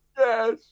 Yes